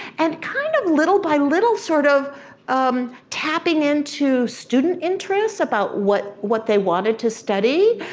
and kind of, little by little, sort of tapping into student interests about what what they wanted to study,